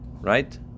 right